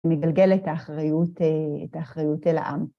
מגלגל את האחריות אל העם.